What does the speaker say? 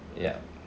ya